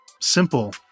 simple